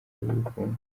rw’ubukungu